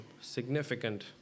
significant